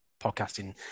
podcasting